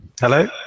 Hello